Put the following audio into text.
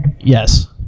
Yes